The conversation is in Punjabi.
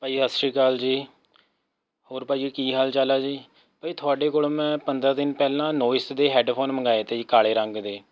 ਭਾਅ ਜੀ ਸਤਿ ਸ਼੍ਰੀ ਅਕਾਲ ਜੀ ਹੋਰ ਭਾਅ ਜੀ ਕੀ ਹਾਲ ਚਾਲ ਆ ਜੀ ਭਾਅ ਜੀ ਤੁਹਾਡੇ ਕੋਲੋ ਮੈਂ ਪੰਦਰਾਂ ਦਿਨ ਪਹਿਲਾਂ ਨੋਇਸ ਦੇ ਹੈੱਡਫ਼ੋਨ ਮੰਗਾਏ ਅਤੇ ਜੀ ਕਾਲੇ ਰੰਗ ਦੇ